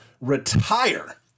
retire